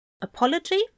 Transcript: Apology